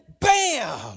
bam